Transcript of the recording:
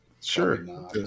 Sure